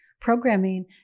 programming